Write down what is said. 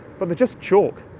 but they're just chalk.